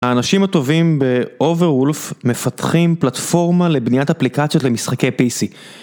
האנשים הטובים ב-Overwolf מפתחים פלטפורמה לבניית אפליקציות למשחקי PC.